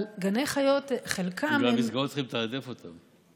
אבל גני חיות, חלקם, גם במסגרות צריך לתעדף אותן.